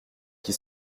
qui